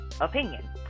opinion